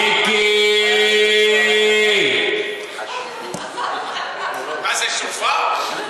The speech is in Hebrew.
מיקייי, מה זה, שופר?